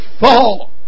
fall